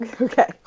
Okay